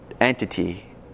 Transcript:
entity